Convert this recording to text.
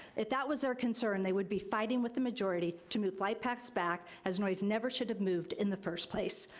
if that was our concern, they would be fighting with the majority to move flight paths back, as noise never should have moved in the first place.